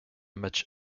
match